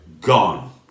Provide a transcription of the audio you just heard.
gone